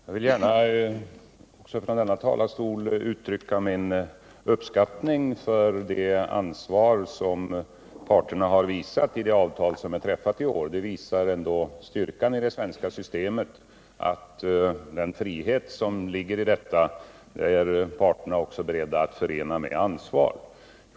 Herr talman! Jag vill gärna också från denna talarstol uttrycka min uppskattning över det ansvar som parterna har visat i det avtal som är träffat i år. Det visar ändå styrkan i det svenska systemet, att parterna är beredda att förena den frihet, som ligger i detta system, med ansvar.